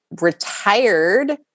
retired